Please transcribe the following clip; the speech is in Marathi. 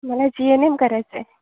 मला जी एन एम करायचं आहे